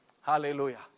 Hallelujah